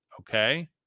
okay